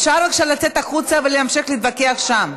אפשר בבקשה לצאת החוצה ולהמשיך להתווכח שם.